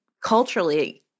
culturally